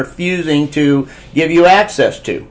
refusing to give you access to